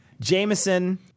Jameson